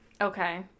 Okay